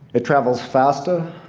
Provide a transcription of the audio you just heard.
it travels faster,